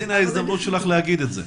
הנה, זו ההזדמנות שלך להגיד את זה.